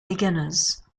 beginners